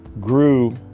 grew